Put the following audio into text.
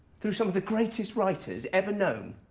through some of the greatest writers ever known.